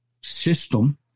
system